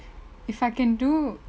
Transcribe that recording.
if I can do